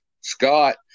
Scott